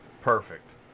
perfect